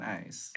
Nice